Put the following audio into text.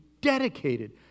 dedicated